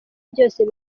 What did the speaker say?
byose